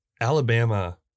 Alabama